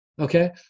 Okay